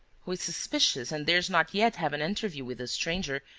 who is suspicious and dares not yet have an interview with the stranger,